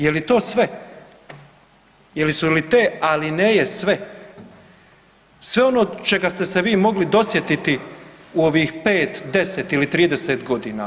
Je li to sve, jesu li te alineja sve, sve ono čega ste se vi mogli dosjetiti u ovih 5, 10 ili 30.g.